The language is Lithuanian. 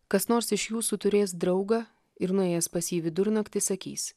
kas nors iš jūsų turės draugą ir nuėjęs pas jį vidurnaktį sakys